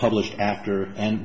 published after an